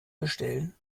bestellen